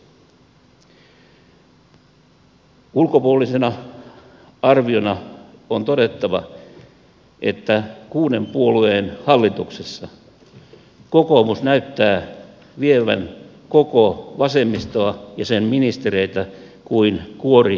ulkopuolisena arviona on todettava että kuuden puolueen hallituksessa kokoomus näyttää vievän koko vasemmistoa ja sen ministereitä kuin kuoriämpäriä